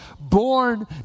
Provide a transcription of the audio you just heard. born